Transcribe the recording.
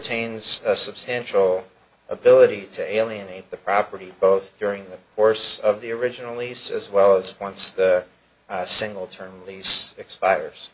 tains a substantial ability to alienate the property both during the course of the original lease as well as once single term lease expires